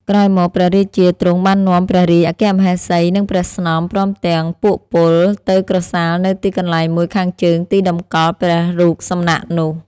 ក្រោយមកព្រះរាជាទ្រង់បាននាំព្រះរាជអគ្គមហេសី នឹងព្រះស្នំ ព្រមទាំងពួកពល ទៅក្រសាលនៅទីកន្លែងមួយខាងជើងទីតម្កល់ព្រះរូបសំណាកនោះ។